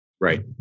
Right